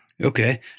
Okay